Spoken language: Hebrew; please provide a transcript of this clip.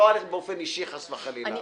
לא עליכם באופן אישי, חס וחלילה: